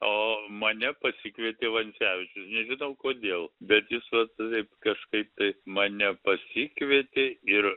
o mane pasikvietė vancevičius nežinau kodėl bet jis vat taip kažkaip tai mane pasikvietė ir